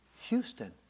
Houston